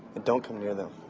don't come near them.